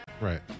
right